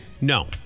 No